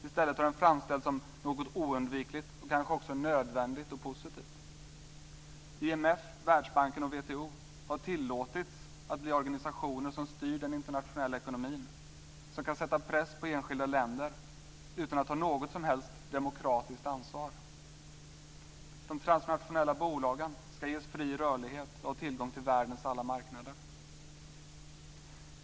I stället har den framställts som något oundvikligt och kanske också nödvändigt och positivt. IMF, Världsbanken och WTO har tillåtits att bli organisationer som styr den internationella ekonomin, som kan sätta press på enskilda länder utan att ta något som helst demokratiskt ansvar. De transnationella bolagen ska ges fri rörlighet och tillgång till världens alla marknader.